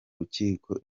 rukiko